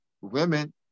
Women